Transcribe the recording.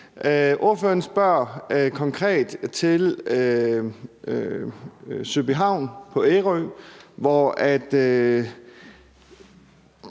Ordføreren spørger konkret til Søby Havn på Ærø, hvor